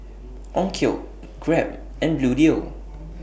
Onkyo Grab and Bluedio